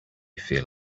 feel